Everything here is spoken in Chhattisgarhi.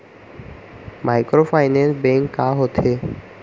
माइक्रोफाइनेंस बैंक का होथे?